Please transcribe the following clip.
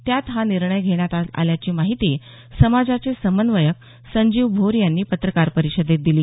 त्यात हा निर्णय घेण्यात आल्याची माहिती समाजाचे समन्वयक संजीव भोर यांनी पत्रकार परिषदेत दिली